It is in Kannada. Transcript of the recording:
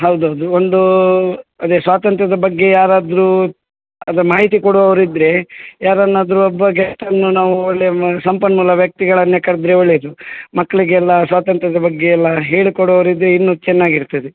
ಹೌದು ಹೌದು ಒಂದು ಅದೇ ಸ್ವಾತಂತ್ರ್ಯದ ಬಗ್ಗೆ ಯಾರಾದರು ಅದು ಮಾಹಿತಿ ಕೊಡುವವರು ಇದ್ರೆ ಯಾರನ್ನಾದರು ಒಬ್ಬಗೇ ತಂದು ನಾವು ಒಳ್ಳೆಯ ಸಂಪನ್ಮೂಲ ವ್ಯಕ್ತಿಗಳನ್ನೇ ಕರೆದ್ರೆ ಒಳ್ಳೇದು ಮಕ್ಕಳಿಗೆಲ್ಲ ಸ್ವಾತಂತ್ರ್ಯದ ಬಗ್ಗೆ ಎಲ್ಲ ಹೇಳಿ ಕೊಡುವರು ಇದ್ರೆ ಇನ್ನೂ ಚೆನ್ನಾಗಿರ್ತದೆ